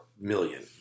million